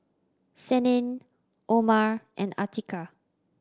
Senin Omar and Atiqah